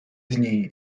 dni